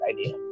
idea